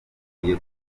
kujya